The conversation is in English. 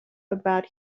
about